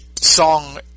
song